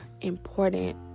important